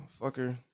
fucker